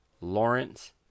Lawrence